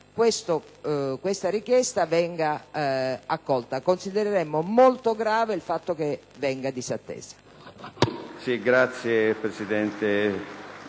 questa richiesta venga accolta. Considereremmo molto grave il fatto che venisse disattesa.